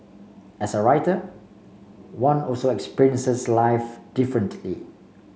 as a writer one also experiences life differently